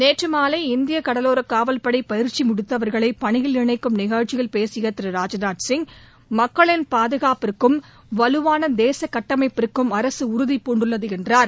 நேற்று மாலை இந்திய கடலோர காவல்படை பயிற்சி முடித்தவர்களை பணியில் இணைக்கும் நிகழ்ச்சியில் பேசிய திரு ராஜ்நாத் சிங் மக்களின் பாதுகாப்புக்கும் வலுவான தேச கட்டமைப்பிற்கும் அரசு உறுதிபூண்டுள்ளது என்றார்